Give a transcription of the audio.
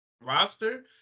roster